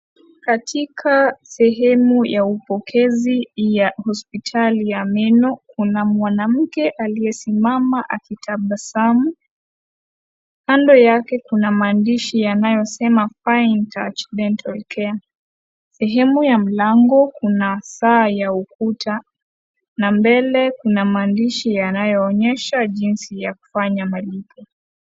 Katika sehemu ya upokezi ya hospitali ya meno kuna mwanamke aliyesimama akitabasamu. Kando yake kuna maandishi yaliyosema (cs)fine touch dental care(cs).Kando ya mlango kuna saa ya ukuta na mbele kuna maandishi yanayoonyesha jinsi ya kufanya majiko.